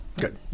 Good